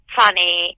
funny